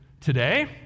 today